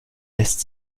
lässt